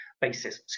basis